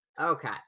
Okay